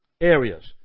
areas